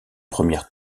premières